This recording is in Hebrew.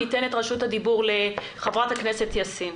רשות הדיבור לח"כ יאסין.